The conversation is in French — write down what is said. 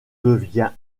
devient